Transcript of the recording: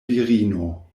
virino